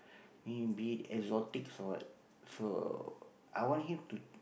be it exotic or what so I want him to